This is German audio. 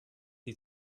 sie